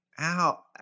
Ow